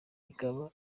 ikaba